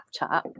Snapchat